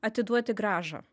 atiduoti grąžą